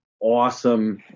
awesome –